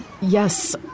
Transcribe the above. Yes